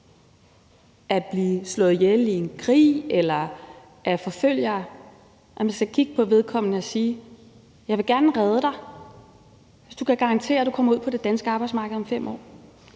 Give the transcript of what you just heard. at blive slået ihjel i en krig eller af forfølgere, skal man kigge på vedkommende og sige: Jeg vil gerne redde dig, hvis du kan garantere, at du kommer ud på det danske arbejdsmarked om 5 år?